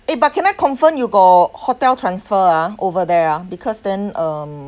eh but can I confirm you got hotel transfer ah over there ah because then um